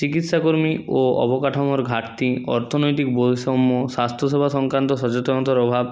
চিকিৎসা কর্মী ও অবকাঠামোর ঘাটতি অর্থনৈতিক বৈষম্য স্বাস্থ্যসেবা সংক্রান্ত সচেতনতার অভাব